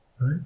Right